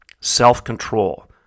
Self-control